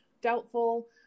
doubtful